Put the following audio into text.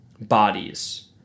bodies